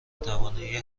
توانایی